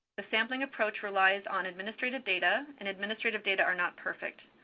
the sampling approach relies on administrative data and administrative data are not perfect.